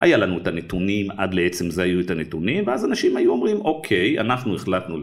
היה לנו את הנתונים עד לעצם זה היו את הנתונים ואז אנשים היו אומרים אוקיי אנחנו החלטנו